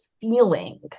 feeling